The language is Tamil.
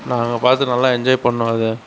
நாங்கள் பார்த்து நல்லா என்ஜாய் பண்ணோம் அதை